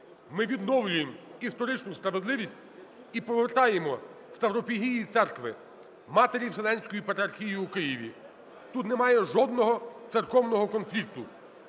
ми відновлюємо історичну справедливість і повертаємо ставропігію церкви - матері Вселенської Патріархії у Києві. Тут немає жодного церковного конфлікту.